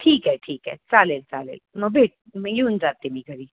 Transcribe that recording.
ठीक आहे ठीक आहे चालेल चालेल मग भेट मग येऊन जाते मी घरी